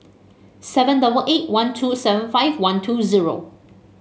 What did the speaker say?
seven double eight one two seven five one two zero